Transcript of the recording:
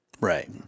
right